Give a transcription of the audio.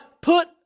put